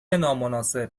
نامناسب